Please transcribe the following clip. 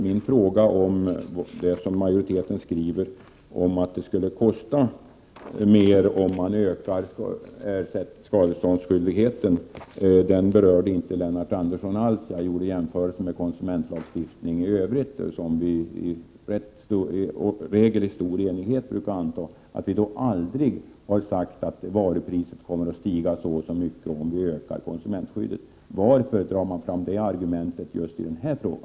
Min fråga beträffande majoritetens skrivning, som går ut på att det skulle kosta mer om skadeståndsskyldigheten utökas, berörde inte Lennart Andersson alls. Jag jämförde med konsumentlagstiftning i övrigt. Där har vi ju i regel beslutat i stor enighet, och vi har aldrig sagt att varupriset kommer att stiga så eller så mycket, om konsument 93 skyddet förbättras. Varför drar man fram det argumentet när det gäller just denna fråga?